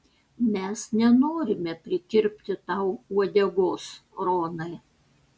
mes nenorime prikirpti tau uodegos ronai